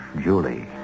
Julie